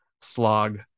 slog